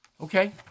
Okay